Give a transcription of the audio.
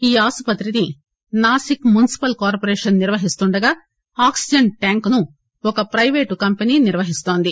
ఈ ఆసుపత్రిని Nashik municipal corporation నిర్వహిస్తుండగా ఆక్సిజన్ ట్యాంక్ ను ఒక పైవేటు కంపెనీ నిర్వహిస్తోంది